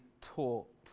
taught